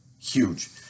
Huge